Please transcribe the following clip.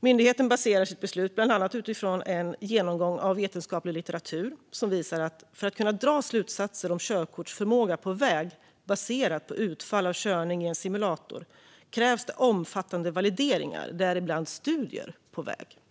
Myndigheten baserar sitt beslut bland annat utifrån en genomgång av vetenskaplig litteratur. Den visar att för att kunna dra slutsatser om körkortsförmåga på väg baserat på utfall av körning i en simulator krävs omfattande valideringar - däribland studier på väg.